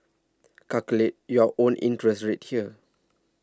calculate your own interest rate here